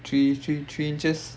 three three three inches